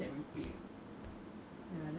is 一亿 already 哇十亿